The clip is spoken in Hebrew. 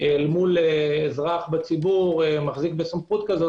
מול אזרח בציבור מחזיק בסמכות כזו,